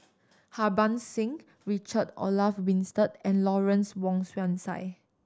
Harbans Singh Richard Olaf Winstedt and Lawrence Wong Shyun Tsai